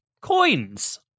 Coins